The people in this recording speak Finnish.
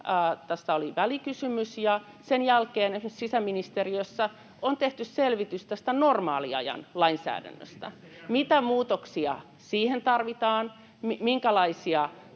Tästä oli välikysymys, ja sen jälkeen esimerkiksi sisäministeriössä on tehty selvitys tästä normaaliajan lainsäädännöstä, [Ben Zyskowiczin välihuuto] mitä muutoksia siihen tarvitaan, minkälaisia